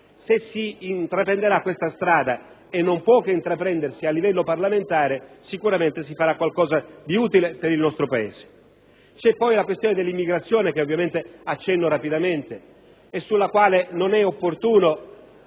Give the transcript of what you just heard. Se si intraprenderà questa strada, e non si potrà che farlo a livello parlamentare, sicuramente si farà qualcosa di utile per il nostro Paese. C'è poi la questione dell'immigrazione, cui accenno rapidamente, sulla quale non è opportuno